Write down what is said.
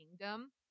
Kingdom